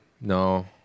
No